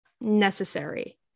necessary